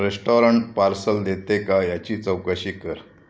restaurant parcel देते का याची चौकशी कर